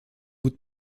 bout